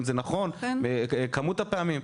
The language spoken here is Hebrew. האם זה נכון ומה כמות הפעמים?